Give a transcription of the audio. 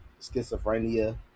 Schizophrenia